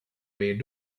weer